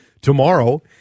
tomorrow